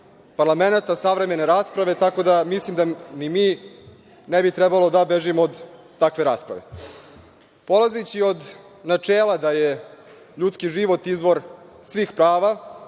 parlamenata, savremene rasprave, tako da, mislim da ni mi ne bi trebalo da bežimo od takve rasprave. Polazeći od načela da je ljudski život izvor svih prva,